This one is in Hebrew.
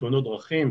תאונות דרכים,